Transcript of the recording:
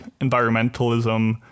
environmentalism